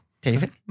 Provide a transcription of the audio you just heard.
David